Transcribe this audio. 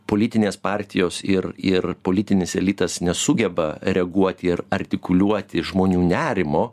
politinės partijos ir ir politinis elitas nesugeba reaguoti ir artikuliuoti žmonių nerimo